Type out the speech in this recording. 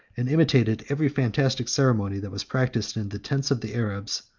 and imitated every fantastic ceremony that was practised in the tents of the arabs,